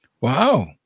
Wow